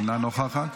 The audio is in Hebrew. אינה נוכחת,